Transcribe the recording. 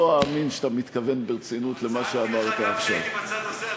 לא אאמין שאתה מתכוון ברצינות למה שאמרת עכשיו.